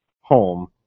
home